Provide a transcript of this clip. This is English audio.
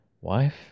Wife